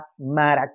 Maracay